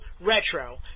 Retro